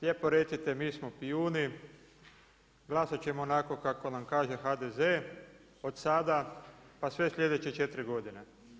Lijepo recite „Mi smo pijuni, glasati ćemo onako kako nam kaže HDZ, od sada pa sve sljedeće 4 godine“